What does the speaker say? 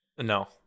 No